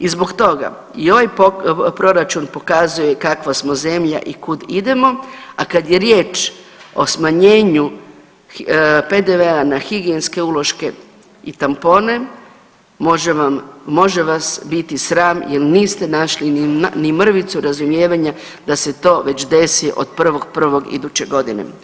I zbog toga i ovaj proračun pokazuje kakva smo zemlja i kud idemo a kad je riječ o smanjenju PDV-a na higijenske uloške i tampone, može vas biti sram jer niste našli ni mrvicu razumijevanja da se to već desi od 1.1. iduće godine.